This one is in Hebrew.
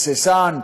הססן,